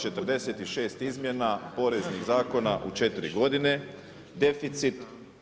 46 izmjena poreznih zakona u 4 godine, deficit.